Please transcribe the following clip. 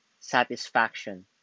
satisfaction